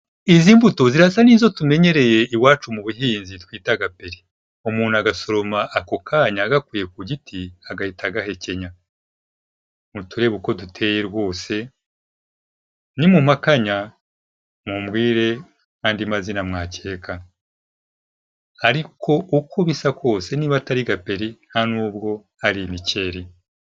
Izi mbuto zirasa n'izo tumenyereye iwacu mu buhinzi twita gaperi. Umuntu agasoroma ako kanya agakuye ku giti agahita agahekenya. Muturebabe uko duteye rwose nimumpakanya mumbwire n'andi mazina mwakeka ariko uko bisa kose niba atari gaperi nta nubwo ari imikeri.